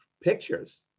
pictures